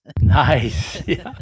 Nice